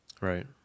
right